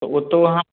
तऽ ओतहु अहाँ